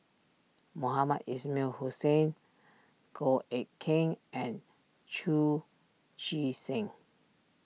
Mohamed Ismail Hussain Goh Eck Kheng and Chu Chee Seng